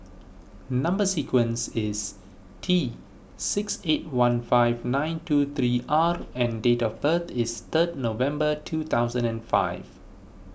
Number Sequence is T six eight one five nine two three R and date of birth is third November two thousand and five